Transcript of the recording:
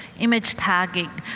image tagging,